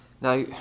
Now